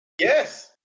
Yes